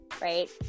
right